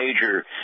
major